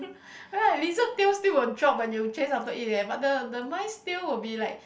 right lizard tail still will drop when you chase after it eh but the the mice tail will be like